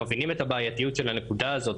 מבינים את הבעייתיות של הנקודה הזו,